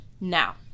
now